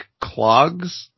clogs